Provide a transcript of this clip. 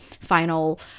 final